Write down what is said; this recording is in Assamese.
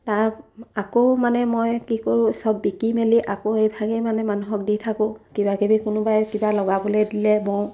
তাৰ আকৌ মানে মই কি কৰোঁ সব বিকি মেলি আকৌ এইভাগেই মানে মানুহক দি থাকোঁ কিবা কিবি কোনোবাই কিবা লগাবলৈ দিলে বওঁ